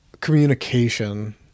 communication